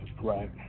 right